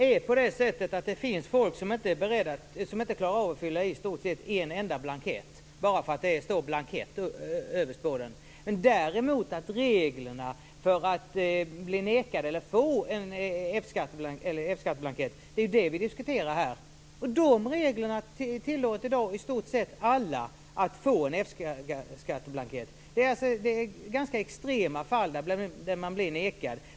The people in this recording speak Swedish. Fru talman! Det finns folk som i stort sett inte klarar av att fylla i en enda blankett bara därför att det står "blankett" överst. Det vi diskuterar här är däremot reglerna för att få F-skattsedel. De reglerna tillåter i dag i stort sett alla att få F-skattsedel. Det är i ganska extrema fall man blir nekad.